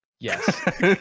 Yes